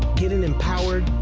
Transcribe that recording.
getting empowered,